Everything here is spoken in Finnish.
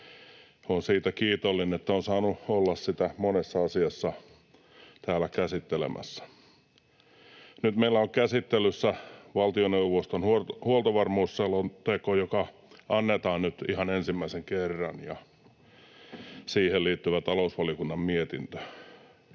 olen siitä kiitollinen, että olen saanut olla sitä monessa asiassa täällä käsittelemässä. Nyt meillä on käsittelyssä valtioneuvoston huoltovarmuusselonteko, joka annetaan nyt ihan ensimmäisen kerran, ja siihen liittyvä talousvaliokunnan mietintö.